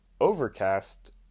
Overcast